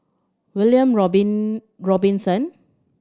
William Robin Robinson